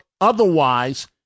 otherwise